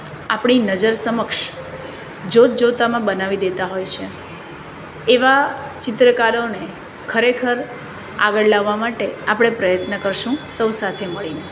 આપણી નજર સમક્ષ જોતજોતામાં બનાવી દેતા હોય છે એવા ચિત્રકારોને ખરેખર આગળ લાવવા માટે આપણે પ્રયત્ન કરશું સૌ સાથે મળીને